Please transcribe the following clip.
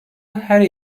her